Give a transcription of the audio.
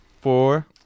four